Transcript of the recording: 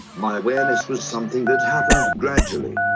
my awareness was something that happened gradually,